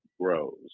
grows